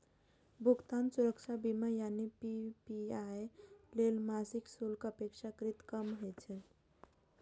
भुगतान सुरक्षा बीमा यानी पी.पी.आई लेल मासिक शुल्क अपेक्षाकृत कम होइ छै